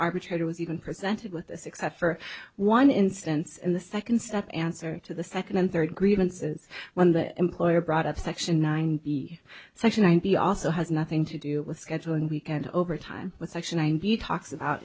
arbitrator was even presented with this except for one instance and the second step answer to the second and third grievances when the employer brought up section nine b section i v also has nothing to do with scheduling weekend overtime with